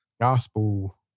gospel